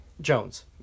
Jones